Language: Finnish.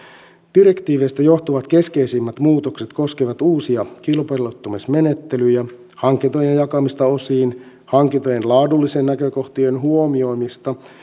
direktiiveistä johtuvat keskeisimmät muutokset koskevat uusia kilpailuttamismenettelyjä hankintojen jakamista osiin hankintojen laadullisten näkökohtien huomioimista